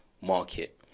market